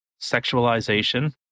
sexualization